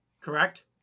Correct